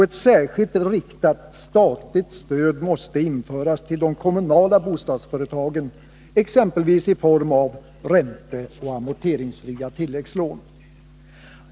Ett särskilt riktat statligt stöd måste införas till de kommunala bostadsföretagen, exempelvis i form av ränteoch amorteringsfria tilläggslån.